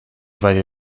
varie